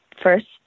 first